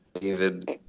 David